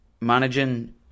managing